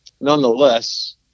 nonetheless